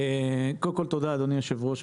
קודם כל תודה אדוני היושב-ראש.